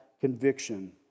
conviction